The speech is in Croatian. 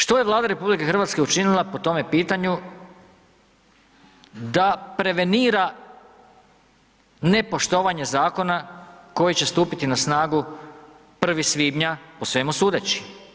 Što je Vlada RH učinila po tome pitanju da prevenira nepoštovanje zakona koji će stupiti na snagu 1. svibnja po svemu sudeći?